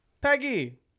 Peggy